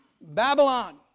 Babylon